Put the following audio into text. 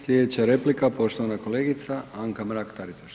Slijedeća replika poštovana kolegica Anka Mrak-Taritaš.